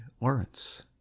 Lawrence